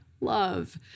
love